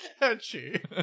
catchy